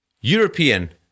European